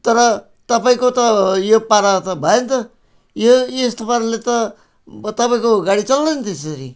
तर तपाईँको त यो पारा त भएन त यो यस्तो पाराले त अब तपाईँको गाडी चल्दैन त्यसरी